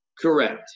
Correct